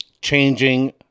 changing